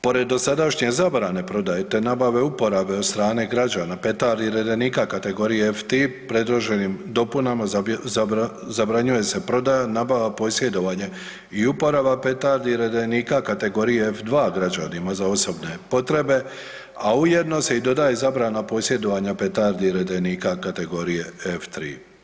Pored dosadašnje zabrane prodaje, te nabave i uporabe od strane građana petardi i redenika kategorije F-3 predloženim dopunama zabranjuje se prodaja, nabava, posjedovanje i uporaba petardi i redenika kategorije F-2 građanima za osobne potrebe, a ujedno se i dodaje zabrana posjedovanja petardi i redenika kategorije F-3.